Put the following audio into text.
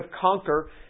conquer